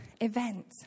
event